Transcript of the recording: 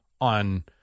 on